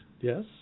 Yes